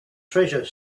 treasure